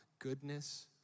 Goodness